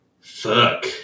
Fuck